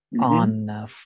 on